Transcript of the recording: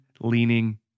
leaning